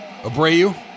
Abreu